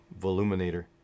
Voluminator